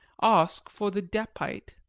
arsk for the depite.